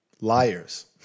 liars